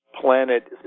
planet